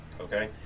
okay